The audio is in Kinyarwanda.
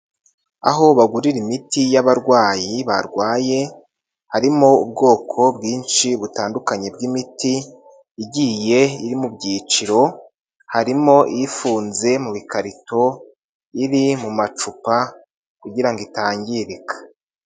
Aho bagurira imiti y'abarwayi barwaye, harimo ubwoko bwinshi butandukanye bw'imiti igiye iri mu byiciro, harimo ifunze mu bikarito, iri mu macupa kugira itangirika.